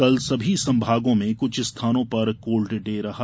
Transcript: कल सभी संभागों में कुछ स्थानों पर कोल्ड डे रहा